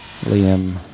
Liam